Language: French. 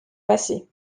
passé